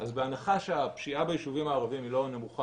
אז בהנחה שהפשיעה ביישובים הערביים היא לא נמוכה